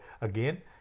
again